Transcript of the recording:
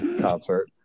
concert